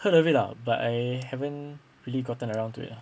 heard of it lah but I haven't really gotten around to it ah